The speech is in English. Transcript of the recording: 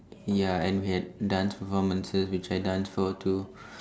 ya and we had dance performances which I dance for too